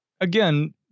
again